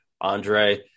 Andre